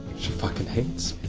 she fucking hates